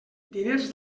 diners